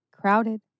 crowded